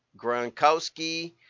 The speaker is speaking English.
Gronkowski